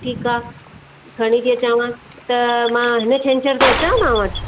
ठीकु आहे खणी थी अचांव त मां हिन छंछर ते अचांव तव्हां वटि